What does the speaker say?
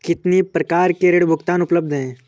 कितनी प्रकार के ऋण भुगतान उपलब्ध हैं?